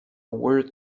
world